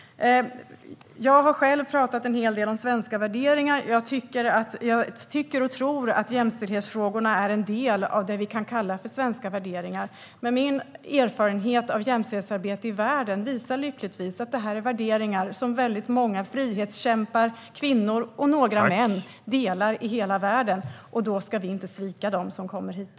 Jag har talat en hel del om svenska värderingar, och jag tycker och tror att jämställdhetsfrågorna är en del av det vi kan kalla svenska värderingar. Min erfarenhet av jämställdhetsarbete i världen visar dock lyckligtvis att detta är värderingar som många frihetskämpar, kvinnor och några män, delar i hela världen. Då ska vi inte svika dem som kommer hit.